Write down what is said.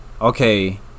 okay